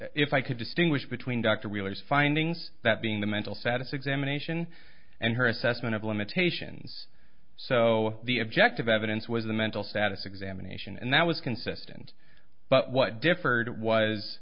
s if i could distinguish between dr wheeler's findings that being the mental status examination and her assessment of limitations so the objective evidence was the mental status examination and that was consistent but what differed was